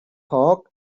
hog